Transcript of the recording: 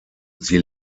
sie